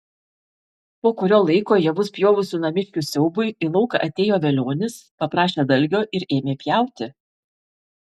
po kurio laiko javus pjovusių namiškių siaubui į lauką atėjo velionis paprašė dalgio ir ėmė pjauti